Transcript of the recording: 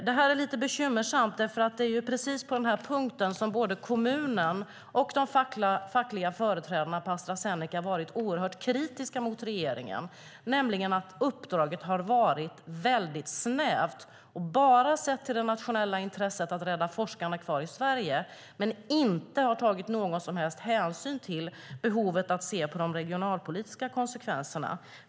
Det här är lite bekymmersamt. Det är ju precis på den här punkten som både kommunen och de fackliga företrädarna på Astra Zeneca har varit oerhört kritiska mot regeringen, nämligen när det gäller att uppdraget har varit väldigt snävt. Man har bara sett till det nationella intresset att rädda forskarna kvar i Sverige men har inte tagit någon som helst hänsyn till behovet av att se på de regionalpolitiska konsekvenserna.